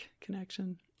connection